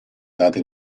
data